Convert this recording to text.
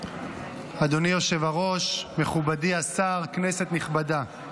אדוני היושב-ראש, מכובדי השר, כנסת נכבדה.